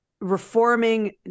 reforming